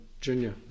Junior